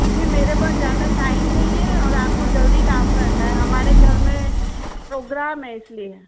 क्योंकि मेरे पास ज़्यादा टाइम नहीं है और आपको जल्दी काम करना है हमारे घर में प्रोग्राम है इसलिए